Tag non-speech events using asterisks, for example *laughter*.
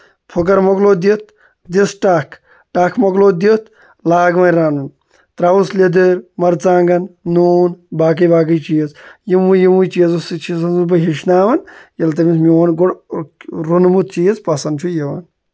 پھٕکَر مَکلوو دِتھ دِژ ٹَکھ ٹَکھ مَکلوو دِتھ لاگ وۄنۍ رُنُن ترٛاووس لیٚدٔر مَرژٕوانٛگن نوٗن باقی باقی چیٖز یِموٕے یِموٕے چیٖزو سۭتۍ چھُ *unintelligible* بہٕ ہیٚچھناوان ییٚلہِ تٔمِس میون گۄڈٕ روٚنمُت چیٖز پسنٛد چھُ یِوان